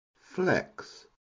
flex